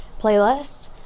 playlist